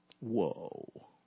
Whoa